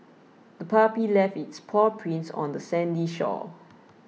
the puppy left its paw prints on the sandy shore